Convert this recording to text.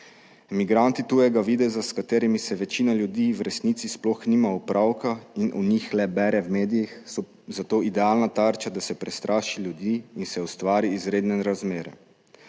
Migranti tujega videza, s katerimi se večina ljudi v resnici sploh nima opravka in o njih le bere v medijih, so zato idealna tarča, da se prestraši ljudi in se ustvari izredne razmere.